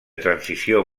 transició